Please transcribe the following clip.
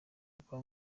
nkuko